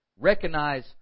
Recognize